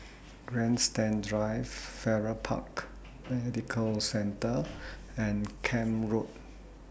Grandstand Drive Farrer Park Medical Centre and Camp Road